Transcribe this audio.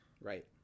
right